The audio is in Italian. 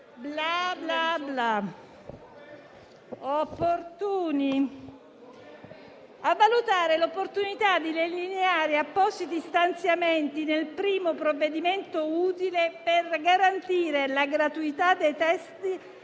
il Governo: a valutare l'opportunità di delineare appositi stanziamenti, nel primo provvedimento utile, per garantire la gratuità dei test